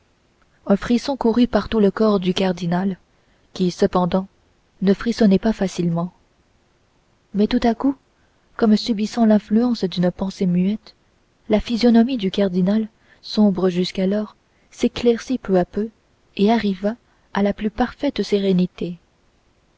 un frisson courut par tout le corps du cardinal qui cependant ne frissonnait pas facilement mais tout à coup comme subissant l'influence d'une pensée muette la physionomie du cardinal sombre jusqu'alors s'éclaircit peu à peu et arriva à la plus parfaite sérénité